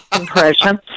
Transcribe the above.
impression